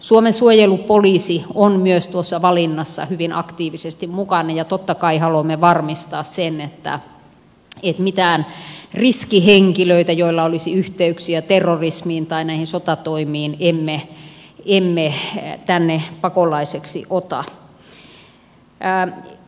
suomen suojelupoliisi on myös tuossa valinnassa hyvin aktiivisesti mukana ja totta kai haluamme varmistaa sen että mitään riskihenkilöitä joilla olisi yhteyksiä terrorismiin tai näihin sotatoimiin emme tänne pakolaisiksi ota